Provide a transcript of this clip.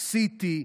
CT,